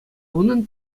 унӑн